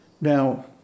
Now